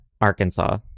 Arkansas